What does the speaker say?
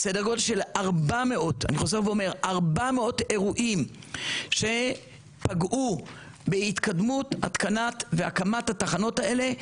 סדר גודל של 400 אירועים שפגעו בהתקדמות התקנת והקמת התחנות האלה,